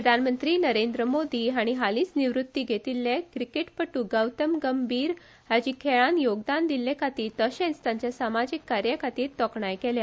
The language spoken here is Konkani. प्रधानमंत्री नरेंद्र मोदी हांणी हालींच निवृत्ती घेतिल्लो क्रिकेट खेळगडो गौतम गंभीर हाची खेळांत योगदान दिल्ले खातीर तशेंच ताच्या समाजीक कार्या खातीर तोखणाय केली